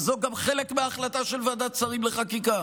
וזה גם חלק מההחלטה של ועדת השרים לחקיקה,